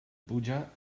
puja